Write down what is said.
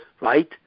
right